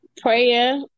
Prayer